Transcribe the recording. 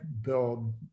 build